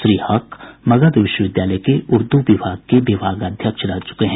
श्री हक मगध विश्वविद्यालय के उर्द् विभाग के विभागाध्यक्ष रह च्रके हैं